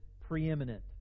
preeminent